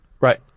Right